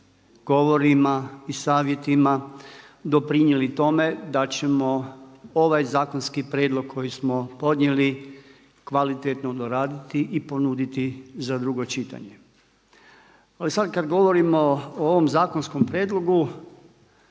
govorima i savjetima doprinijeli tome da ćemo ovaj zakonski prijedlog koji smo podnijeli kvalitetno doraditi i ponuditi za drugo čitanje. Ali sada kada govorimo o ovom zakonskom prijedlogu,